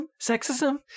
Sexism